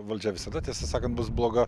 valdžia visada tiesą sakant bus bloga